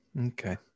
Okay